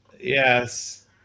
Yes